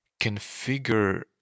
configure